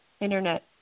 Internet